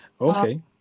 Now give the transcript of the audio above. Okay